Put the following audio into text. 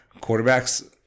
quarterbacks